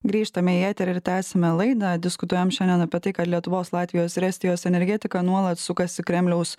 grįžtame į eterį ir tęsiame laidą diskutuojam šiandien apie tai kad lietuvos latvijos ir estijos energetika nuolat sukasi kremliaus